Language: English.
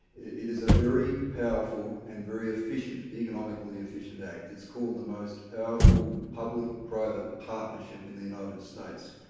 it is a very powerful and very efficient, economically efficient act. it's called the most powerful public-private partnership in the united states,